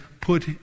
put